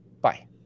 bye